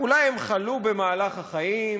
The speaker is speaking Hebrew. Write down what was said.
אולי הם חלו במהלך החיים.